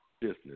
business